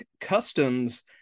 customs